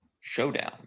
showdown